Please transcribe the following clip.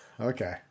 Okay